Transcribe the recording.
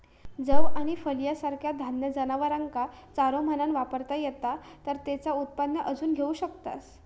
जौ आणि फलिया सारखा धान्य जनावरांका चारो म्हणान वापरता येता तर तेचा उत्पन्न अजून घेऊ शकतास